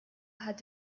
hat